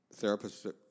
therapists